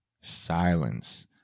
Silence